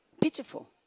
pitiful